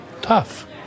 Tough